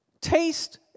Taste